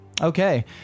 Okay